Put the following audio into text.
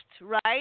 right